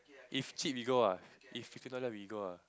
if cheap we go ah if fifteen dollar we go ah